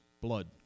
blood